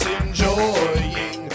enjoying